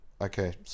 okay